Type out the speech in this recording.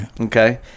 Okay